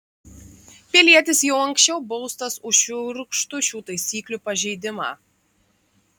pilietis jau anksčiau baustas už šiurkštų šių taisyklių pažeidimą